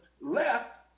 left